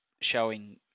showing